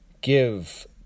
Give